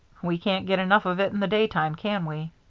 we can't get enough of it in the daytime, can we.